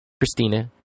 Christina